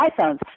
iPhones